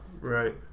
Right